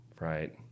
Right